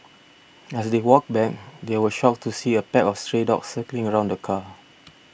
as they walked back they were shocked to see a pack of stray dogs circling around the car